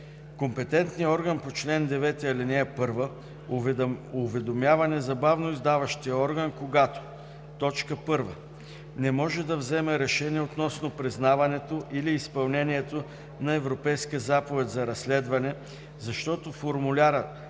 Компетентният орган по чл. 9, ал. 1 уведомява незабавно издаващия орган, когато: 1. не може да вземе решение относно признаването или изпълнението на Европейска заповед за разследване, защото формулярът,